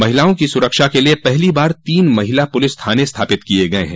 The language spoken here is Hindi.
महिलाओं की सुरक्षा के लिये पहली बार तीन महिला पुलिस थाने स्थापित किये गये हैं